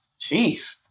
Jeez